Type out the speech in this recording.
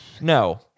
No